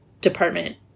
department